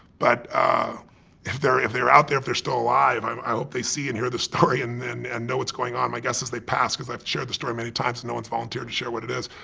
but ah if they're if they're out there, if they're still alive, um i hope they see and hear this story and and know what's going on. my guess is they've passed because i've shared this story many times and no one's volunteered to share what it is.